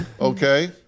Okay